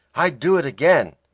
i'd do it again,